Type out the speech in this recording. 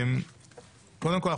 קודם כל,